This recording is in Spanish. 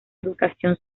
educación